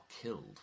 killed